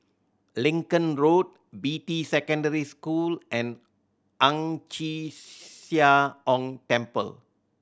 Lincoln Road Beatty Secondary School and Ang Chee Sia Ong Temple